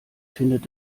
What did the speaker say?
findet